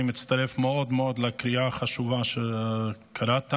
אני מצטרף מאוד לקריאה החשובה שקראת,